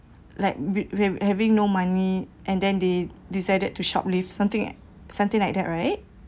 like wi~ wi~ having no money and then they decided to shoplift something something like that right